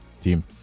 team